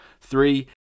Three